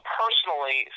personally